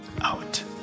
out